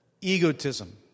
Egotism